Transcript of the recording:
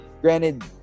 granted